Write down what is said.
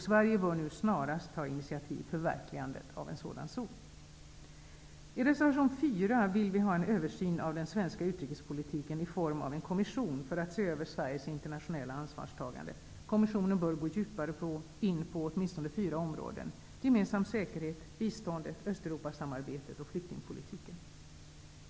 Sverige bör nu snarast ta initiativ till förverkligandet av en sådan zon. I reservation 4 vill vi ha en översyn av den svenska utrikespolitiken som skall göras av en kommission, för att se över Sveriges internationella ansvarstagande. Kommissionen bör gå djupare in på åtminstone fyra områden: gemensam säkerhet, biståndet, Östeuropasamarbetet och flyktingpolitiken.